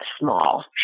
small